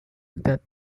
that